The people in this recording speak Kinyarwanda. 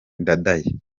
ndadaye